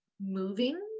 moving